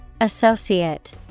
Associate